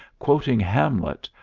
quoting hamlet,